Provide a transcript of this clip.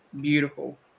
beautiful